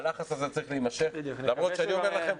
הלחץ הזה צריך להימשך למרות שאני אומר לכם,